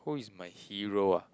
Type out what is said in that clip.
who is my hero ah